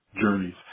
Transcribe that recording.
journeys